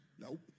Nope